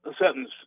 sentence